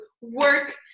work